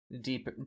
deep